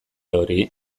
hori